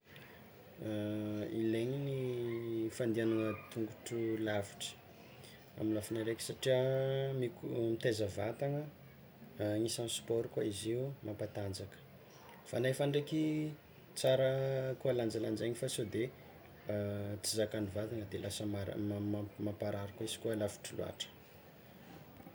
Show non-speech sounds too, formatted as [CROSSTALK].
[HESITATION] Ilegny ny fandiagnana tongotro lavitra amy lafiny araiky satria mik- miteza vatagna, agnisan'ny sport koa izy io mampatanjaka, fa nefa ndraiky tsara koa lanjalanjaigny sao de [HESITATION] tsy zakan'ny vatagna de lasa mara- ma- ma- mamparary izy koa lavitry loatra.